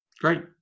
Great